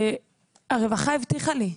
הרווחה הבטיחה לי,